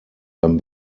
dann